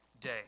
day